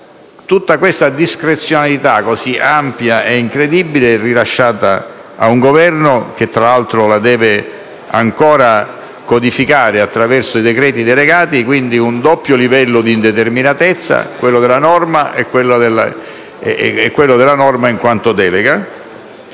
Tutta questa discrezionalità così ampia e incredibile è lasciata ad un Governo, che tra l'altro la deve ancora codificare attraverso i decreti delegati; quindi con un doppio livello di indeterminatezza - quello della norma e quello della norma in quanto delega